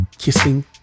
Kissing